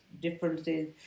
differences